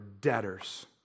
debtors